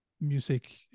music